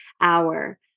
hour